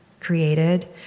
created